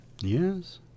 Yes